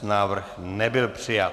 Návrh nebyl přijat.